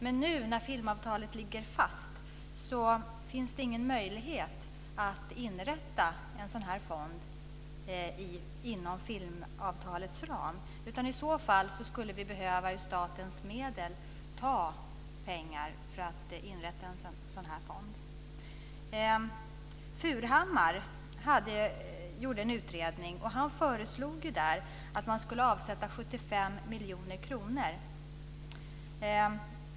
Men nu, när filmavtalet ligger fast, finns det ingen möjlighet att inrätta en sådan här fond inom filmavtalets ram. I så fall skulle vi behöva ta pengar av statens medel. Leif Furhammar gjorde en utredning, där han föreslog att man skulle avsätta 75 miljoner kronor.